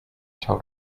told